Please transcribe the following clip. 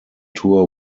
tour